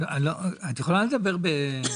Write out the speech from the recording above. יכולה להסביר?